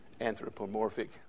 anthropomorphic